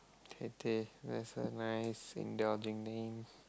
tete you're so nice indulging me